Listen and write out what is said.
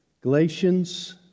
Galatians